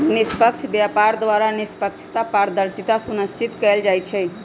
निष्पक्ष व्यापार द्वारा निष्पक्षता, पारदर्शिता सुनिश्चित कएल जाइ छइ